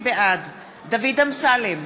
בעד דוד אמסלם,